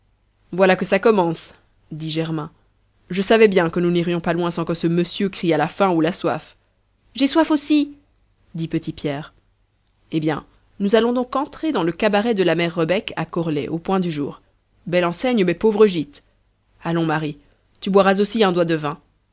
voilà que ça commence dit germain je savais bien que nous n'irions pas loin sans que ce monsieur criât la faim ou la soif j'ai soif aussi dit petit pierre eh bien nous allons donc entrer dans le cabaret de la mère rebec à corlay au point du jour belle enseigne mais pauvre gîte allons marie tu boiras aussi un doigt de vin